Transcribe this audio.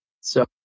So-